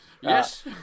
Yes